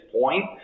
point